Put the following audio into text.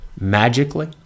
magically